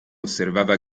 osservava